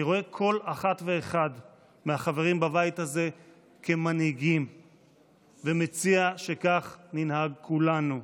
אני רואה כל אחת ואחד מהחברים בבית הזה כמנהיגים ומציע שכך ננהג כולנו,